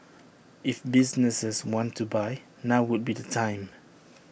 if businesses want to buy now would be the time